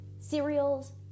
cereals